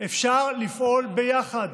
אפשר לפעול ביחד.